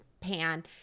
pan